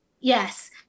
Yes